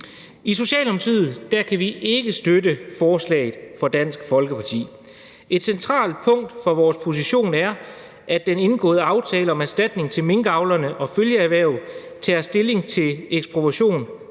I Socialdemokratiet kan vi ikke støtte forslaget fra Dansk Folkeparti. Et centralt punkt for vores position er, at den indgåede aftale om erstatning til minkavlerne og følgeerhverv tager stilling til ekspropriation.